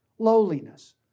Lowliness